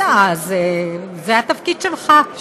בסדר, אז, זה התפקיד שלך.